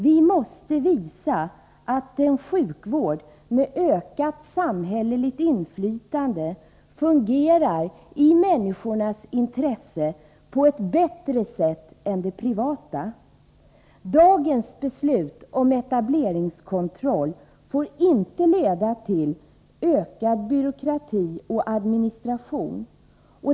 Vi måste visa att en sjukvård med ökat samhälleligt inflytande fungerar i människornas intresse på ett bättre sätt än den privata vården. Dagens beslut om etableringskontroll får inte leda till ökad byråkrati och administration.